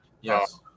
Yes